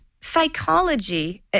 psychology